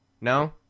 No